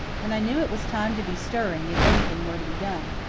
and i knew it was time to be stirring, if anything were to be done.